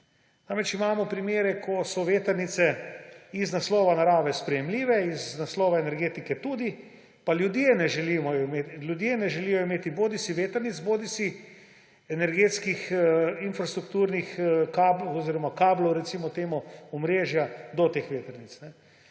Namreč imamo primere, ko so vetrnice z naslova narave sprejemljive, z naslova energetike tudi, pa ljudje ne želijo imeti bodisi vetrnic bodisi energetskega infrastrukturnega, recimo temu kablov, omrežja do teh vetrnic.